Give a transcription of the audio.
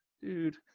dude